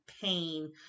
pain